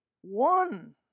one